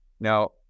now